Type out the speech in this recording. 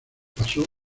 pasó